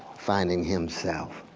finding himself